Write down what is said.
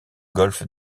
golfe